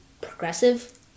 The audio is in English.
progressive